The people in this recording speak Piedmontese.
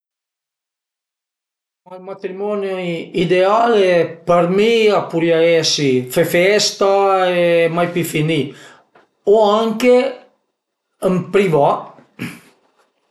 Ma ën matrimoni ideale për mi a purìa esi fe festa e mai pì finì o anche ën privà